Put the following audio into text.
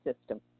system